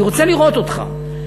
אני רוצה לראות אותך,